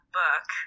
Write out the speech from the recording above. book